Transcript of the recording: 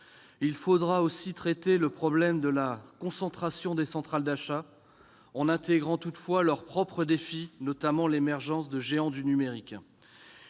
Il faudra aussi traiter le problème de la concentration des centrales d'achat, en intégrant toutefois leurs propres défis, notamment l'émergence des géants du numérique.